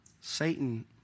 Satan